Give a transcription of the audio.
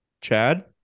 Chad